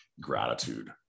gratitude